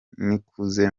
nikuze